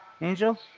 Angel